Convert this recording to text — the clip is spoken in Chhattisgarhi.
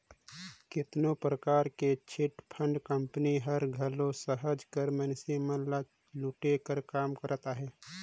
केतनो परकार कर चिटफंड कंपनी हर घलो सहज कर मइनसे मन ल लूटे कर काम करत अहे